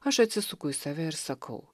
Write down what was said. aš atsisuku į save ir sakau